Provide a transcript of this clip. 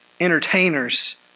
entertainers